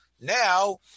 Now